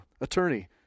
Attorney